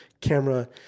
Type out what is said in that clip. camera